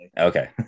Okay